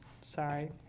sorry